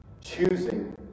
choosing